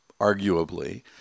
arguably